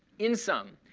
in sum,